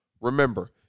Remember